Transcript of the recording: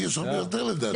יש עוד יותר לדעתי.